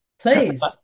please